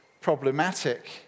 problematic